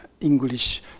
English